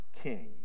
king